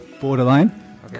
Borderline